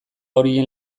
horien